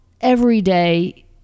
everyday